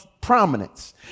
prominence